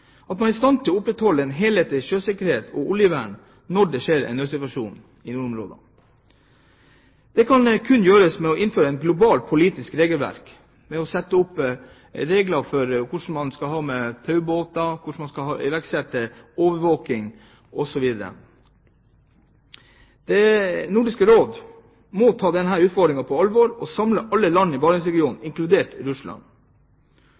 helhetlig sjøsikkerhet og oljevern når det oppstår en nødssituasjon i nordområdene. Dette kan kun gjøres ved å innføre et globalt politisk regelverk – ved å sette opp regler for taubåter, hvordan en skal iverksette overvåkning, osv. Nordisk Råd må ta denne utfordringen på alvor og samle alle land i Barentsregionen, inkludert Russland.